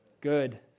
good